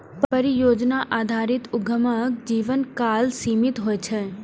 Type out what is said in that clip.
परियोजना आधारित उद्यमक जीवनकाल सीमित होइ छै